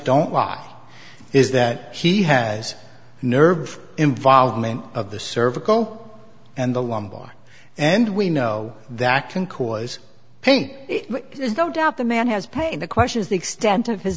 don't walk is that he has nerve involvement of the cervical and the lumbar and we know that can cause pain but there's no doubt the man has pain in the question is the extent of his